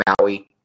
Maui